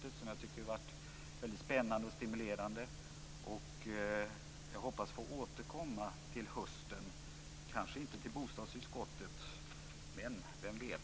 Jag tycker att det har varit väldigt spännande och stimulerande. Jag hoppas få återkomma till hösten. Det kanske inte blir till bostadsutskottet, men vem vet?